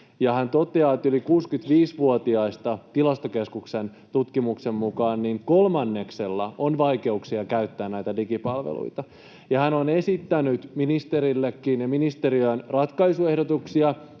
hän toteaa, että yli 65-vuotiaista Tilastokeskuksen tutkimuksen mukaan kolmanneksella on vaikeuksia käyttää digipalveluita. Hän on esittänyt ministerillekin ja ministeriöön ratkaisuehdotuksia,